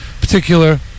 particular